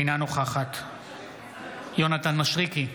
אינה נוכחת יונתן מישרקי,